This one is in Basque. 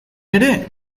ere